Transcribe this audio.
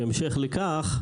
כהמשך לכך,